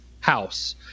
House